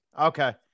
Okay